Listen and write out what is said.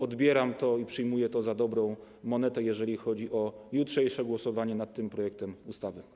Odbieram to i przyjmuję za dobrą monetę, jeżeli chodzi o jutrzejsze głosowanie nad tym projektem ustawy.